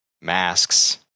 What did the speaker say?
masks